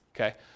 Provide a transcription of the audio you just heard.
Okay